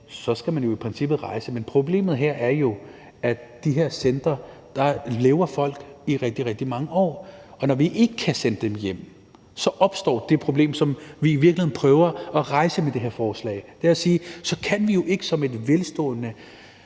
skal man jo i princippet rejse, men problemet her er, at folk lever på de her centre i rigtig, rigtig mange år, og når vi ikke kan sende dem hjem, opstår den problematik, som vi i virkeligheden prøver at rejse med det her forslag. Det er, at vi som et velstående,